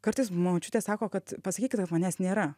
kartais močiutė sako kad pasakykit kad manęs nėra